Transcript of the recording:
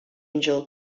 angel